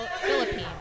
Philippines